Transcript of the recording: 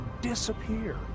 disappear